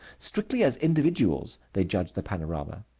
strictly as individuals they judge the panorama.